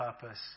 purpose